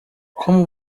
como